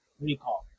recall